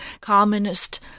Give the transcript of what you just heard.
communist